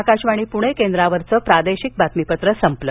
आकाशवाणी पुणे केंद्रावरचं प्रादेशिक बातमीपत्र संपलं